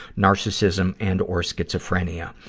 narcissism, and or schizophrenia.